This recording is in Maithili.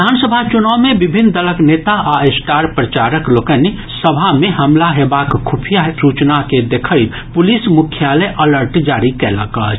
विधानसभा चुनाव मे विभिन्न दलक नेता आ स्टार प्रचारक लोकनिक सभा मे हमला हेबाक खुफिया सूचना के देखैत पुलिस मुख्यालय अलर्ट जारी कयलक अछि